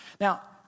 Now